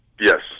Yes